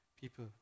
people